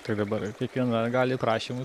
tai dabar kiekviena gali prašymų